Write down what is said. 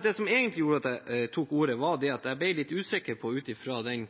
Det som egentlig gjorde at jeg tok ordet, var at jeg ble litt usikker på, ut fra den